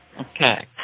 Okay